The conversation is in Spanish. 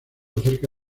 acerca